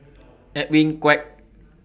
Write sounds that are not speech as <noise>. <noise> Edwin Koek